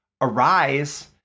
arise